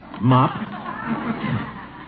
Mop